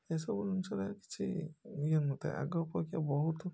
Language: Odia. ଏସବୁ ଜିନିଷରେ କିଛି ଇଏ ନ ଥାଏ ଆଗ ଅପେକ୍ଷା ବହୁତ୍